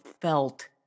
felt